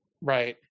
right